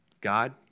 God